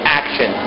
action